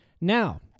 Now